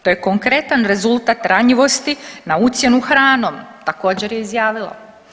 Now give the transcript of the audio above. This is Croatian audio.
To je konkretan rezultat ranjivosti na ucjenu hranom, također je izjavila.